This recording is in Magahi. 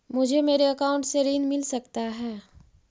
मुझे मेरे अकाउंट से ऋण मिल सकता है?